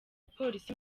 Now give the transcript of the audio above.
polisi